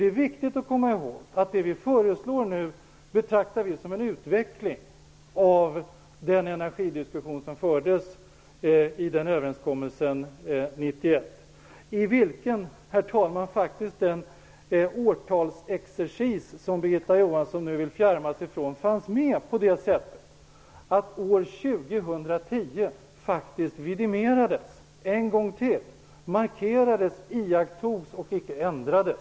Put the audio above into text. Det är viktigt att komma ihåg att vi betraktar det vi nu föreslår som en utveckling av den energidiskussion som fördes vid överenskommelsen 1991. Den årtalsexercis som Birgitta Johansson nu vill fjärma sig från fanns faktiskt med i den överenskommelsen. År 2010 vidimerades då en gång till. Det markerades, och man ändrade inte på årtalet.